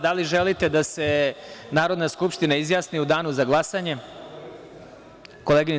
Da li želite da se Narodna skupština izjasni u danu za glasanje? (Ne) Hvala.